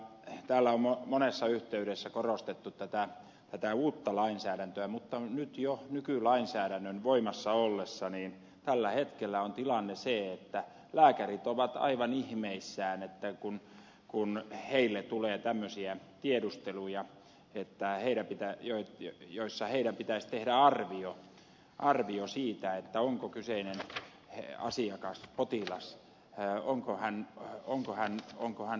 täällä on monessa yhteydessä korostettu tätä uutta lainsäädäntöä mutta nyt jo nykylainsäädännön voimassa ollessa tällä hetkellä on tilanne se että lääkärit ovat aivan ihmeissään kun heille tulee tämmöisiä tiedusteluja että heidän pitäisi tehdä arvio siitä onko kyseinen asiakas potilas jää onko hän onko hän onko hän